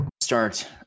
start